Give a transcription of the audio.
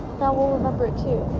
now we'll remember it too.